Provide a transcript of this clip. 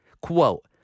quote